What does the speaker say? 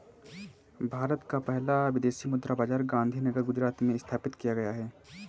भारत का पहला विदेशी मुद्रा बाजार गांधीनगर गुजरात में स्थापित किया गया है